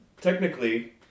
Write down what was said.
technically